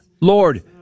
Lord